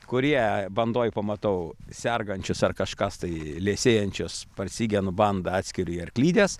kurie bandoj pamatau sergančius ar kažkas tai liesėjančius parsigenu bandą atskiriu į arklides